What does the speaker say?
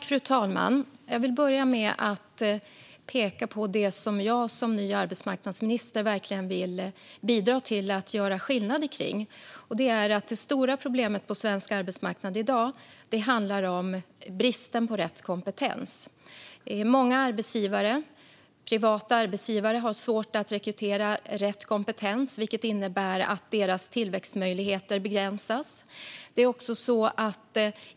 Fru talman! Jag vill börja med att peka på en fråga där jag som ny arbetsmarknadsminister verkligen vill bidra till att göra skillnad. Det stora problemet på svensk arbetsmarknad i dag är bristen på rätt kompetens. Många privata arbetsgivare har svårt att rekrytera rätt kompetens, vilket innebär att deras tillväxtmöjligheter begränsas.